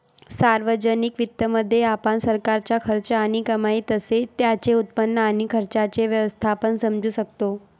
सार्वजनिक वित्तामध्ये, आपण सरकारचा खर्च आणि कमाई तसेच त्याचे उत्पन्न आणि खर्चाचे व्यवस्थापन समजू शकतो